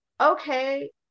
okay